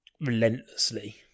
Relentlessly